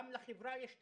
גם לחברה יש תפקיד.